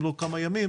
אם לא כמה ימים,